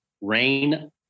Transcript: Rain